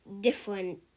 different